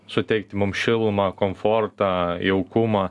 suteikti mums šilumą komfortą jaukumą